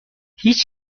هیچ